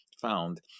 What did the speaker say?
found